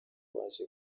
waje